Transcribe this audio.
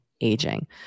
aging